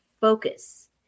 focus